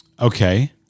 Okay